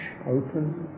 open